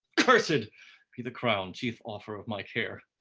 cursed be the crown, chief author of my care